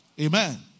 Amen